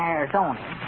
Arizona